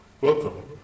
Welcome